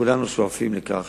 כולנו שואפים לכך